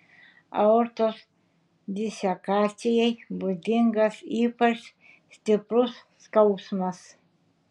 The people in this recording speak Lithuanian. aortos disekacijai būdingas ypač stiprus skausmas